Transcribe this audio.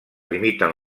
limiten